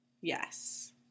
Yes